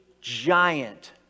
giant